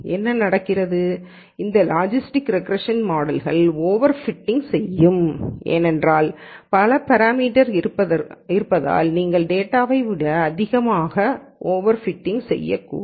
என்ன நடக்கிறது இந்த லாஜிஸ்டிக் ரெக்ரேஷன் மாடல் கள் ஓவர்பிட்டிங் செய்யும் ஏனென்றால் பல பேராமீட்டர் க்கள் இருப்பதால் நீங்கள் டேட்டாவை விட அதிகமாக ஓவர்பிட்டிங் செய்யக்கூடும்